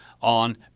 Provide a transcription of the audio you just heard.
on